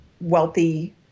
wealthy